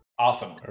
Awesome